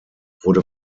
wurde